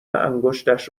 انگشتش